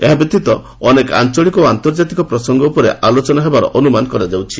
ଏହାବ୍ୟତୀତ ଅନେକ ଆଞ୍ଚଳିକ ଓ ଆନ୍ତର୍ଜାତିକ ପ୍ରସଙ୍ଗ ଉପରେ ଆଲୋଚନା ହେବାର ଅନୁମାନ କରାଯାଉଛି